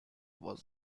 was